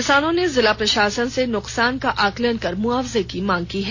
किसानों ने जिला प्रशासन से नुकसान का आकलन कर मुआवजे की मांग की है